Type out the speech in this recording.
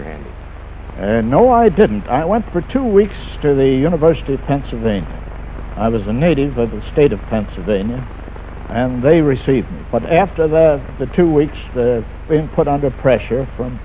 madrid and no i didn't i went for two weeks to the university of pennsylvania i was a native of the state of pennsylvania and they received but after that the two weeks the input under pressure from